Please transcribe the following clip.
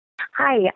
Hi